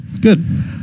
good